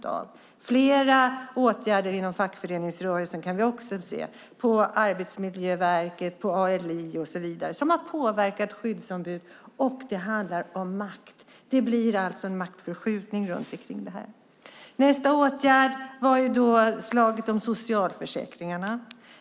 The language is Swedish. Vi kan se flera åtgärder inom fackföreningsrörelsen, på Arbetsmiljöverket, på ALI och så vidare som har påverkat skyddsombud. Det handlar om makt. Det blir en maktförskjutning kring det här. Nästa åtgärd var slaget om socialförsäkringarna.